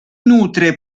nutre